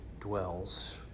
dwells